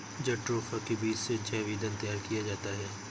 jatropha के बीज से जैव ईंधन तैयार किया जाता है